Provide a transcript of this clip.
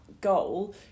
goal